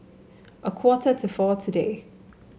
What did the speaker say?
a quarter to four today